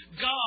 God